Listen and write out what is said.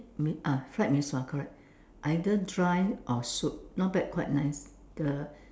Mee ah fried mee-sua correct either dry or soup not bad quite nice the